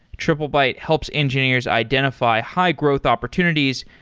triplebyte helps engineers identify high-growth opportunities,